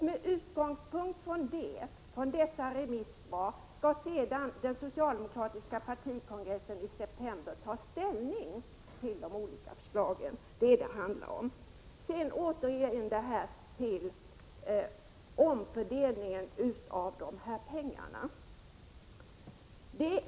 Med utgångspunkt i dessa remissvar skall sedan den socialdemokratiska partikongressen i september ta ställning till de olika förslagen. Det är detta det handlar om. Sedan till omfördelningen av pengarna.